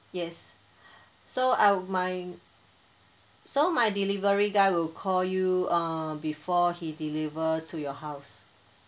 yes so I'll my so my delivery guy will call you uh before he deliver to your house